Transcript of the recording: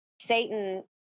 Satan